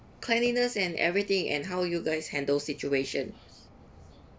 cleanliness and everything and how you guys handle situation